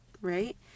right